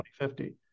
2050